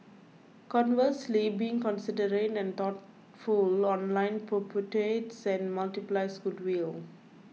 conversely being considerate and thoughtful online perpetuates and multiplies goodwill